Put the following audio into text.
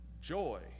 Joy